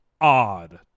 odd